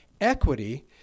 Equity